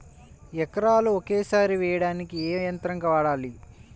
ఎకరాలు ఒకేసారి వేయడానికి ఏ యంత్రం వాడాలి?